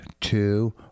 two